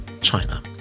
China